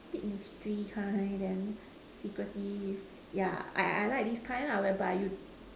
bit mystery kind then secretive yeah I I I like this kind whereby you